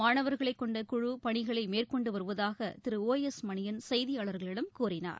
மாணவர்களைகொண்ட குழு இப்பணிகளைமேற்கொண்டுவருவதாகதிரு ஒரு எஸ் மணியன் செய்தியாளர்களிடம் கூறினார்